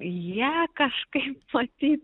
jie kažkaip matyt